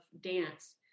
dance